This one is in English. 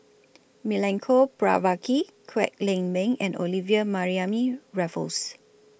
Milenko Prvacki Kwek Leng Beng and Olivia Mariamne Raffles